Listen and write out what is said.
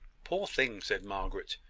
poor thing! said margaret.